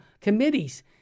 committees